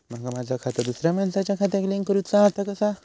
माका माझा खाता दुसऱ्या मानसाच्या खात्याक लिंक करूचा हा ता कसा?